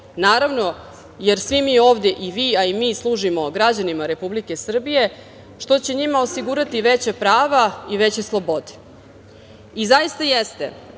naravno, jer svi mi ovde, i vi, a i mi, služimo građanima Republike Srbije, što će njima osigurati veća prava i veće slobode. Zaista jeste